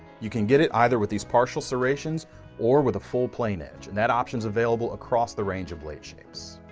you can get it either with these partial serrations or with a full plain edge and that option's available across the range of blade shapes.